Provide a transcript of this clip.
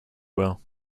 will